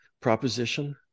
proposition